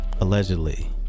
allegedly